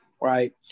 right